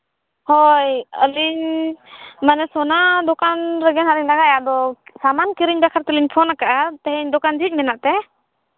ᱦᱳᱭ ᱟᱹᱞᱤᱧ ᱢᱟᱱᱮ ᱥᱚᱱᱟ ᱫᱚᱠᱟᱱ ᱨᱮᱜᱮ ᱱᱟᱜ ᱞᱤᱧ ᱞᱟᱜᱟᱣᱮᱜᱼᱟ ᱟᱫᱚ ᱥᱟᱢᱟᱱ ᱠᱤᱨᱤᱧ ᱵᱟᱠᱷᱨᱟ ᱛᱮᱞᱤᱧ ᱯᱷᱳᱱ ᱟᱠᱟᱜᱼᱟ ᱛᱮᱦᱮᱧ ᱫᱚᱠᱟᱱ ᱡᱷᱤᱡ ᱢᱮᱱᱟᱜ ᱛᱮ